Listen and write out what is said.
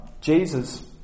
Jesus